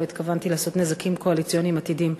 לא התכוונתי לעשות נזקים קואליציוניים עתידיים.